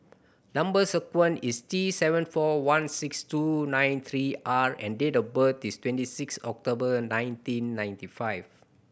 number sequence is T seven four one six two nine three R and date of birth is twenty six October nineteen ninety five